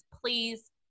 Please